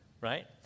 right